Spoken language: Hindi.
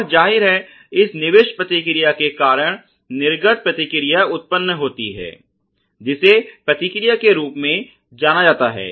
और जाहिर है इस निविष्ट प्रतिक्रिया के कारण निर्गम प्रतिक्रिया उत्पन्न होती है जिसे प्रतिक्रिया के रूप में जाना जाता है